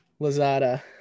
lazada